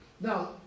Now